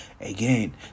again